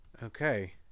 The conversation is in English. Okay